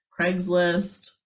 craigslist